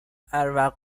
هروقت